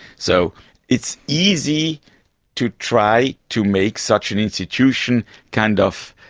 so it's easy to try to make such an institution kind of